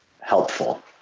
helpful